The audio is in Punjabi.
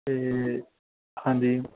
ਅਤੇ ਹਾਂਜੀ